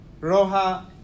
Roha